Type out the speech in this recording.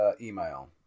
email